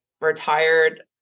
retired